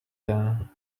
then